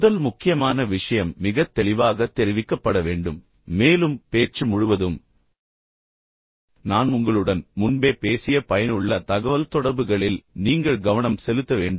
முதல் முக்கியமான விஷயம் மிகத் தெளிவாகத் தெரிவிக்கப்பட வேண்டும் மேலும் பேச்சு முழுவதும் நான் உங்களுடன் முன்பே பேசிய பயனுள்ள தகவல்தொடர்புகளில் நீங்கள் கவனம் செலுத்த வேண்டும்